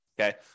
Okay